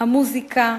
המוזיקה,